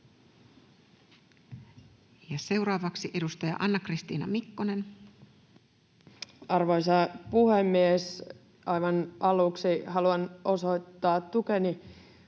Seuraavaksi edustaja Anna-Kristiina Mikkonen. Arvoisa puhemies! Aivan aluksi haluan osoittaa tukeni